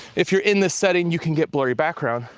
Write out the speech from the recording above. if you're in this setting, you can get blurry background,